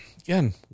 again